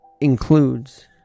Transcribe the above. includes